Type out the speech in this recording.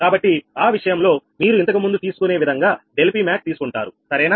కాబట్టి ఆ విషయంలో మీరు ఇంతకుముందు తీసుకునే విధంగా∆Pmax తీసుకుంటారు సరేనా